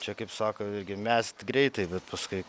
čia kaip sako irgi mest greitai bet paskui